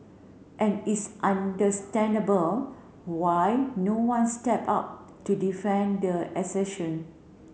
and it's understandable why no one stepped up to defend the assertion